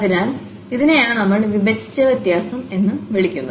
അതിനാൽ ഇതിനെയാണ് നമ്മൾ വിഭജിച്ച വ്യത്യാസം എന്ന് വിളിക്കുന്നത്